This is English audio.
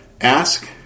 Ask